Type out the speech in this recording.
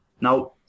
now